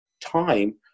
time